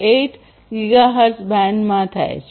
484 gigahertz બેન્ડમાં થાય છે